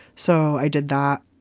so i did that.